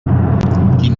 quin